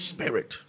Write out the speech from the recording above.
Spirit